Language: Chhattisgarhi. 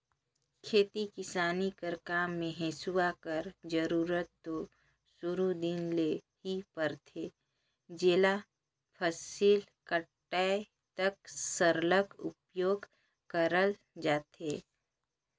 खेती किसानी कर काम मे हेसुवा कर जरूरत दो सुरू दिन ले ही परथे जेला फसिल कटाए तक सरलग उपियोग करल जाथे